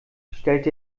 stellt